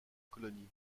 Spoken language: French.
colonie